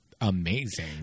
amazing